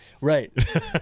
Right